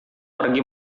pergi